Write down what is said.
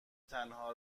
تنها